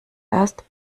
erst